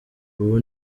ubu